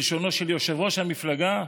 כלשונו של יושב-ראש המפלגה,